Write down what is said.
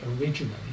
originally